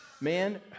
Man